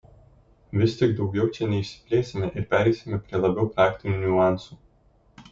vis tik daugiau čia neišsiplėsime ir pereisime prie labiau praktinių niuansų